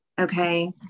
Okay